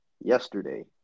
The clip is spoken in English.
yesterday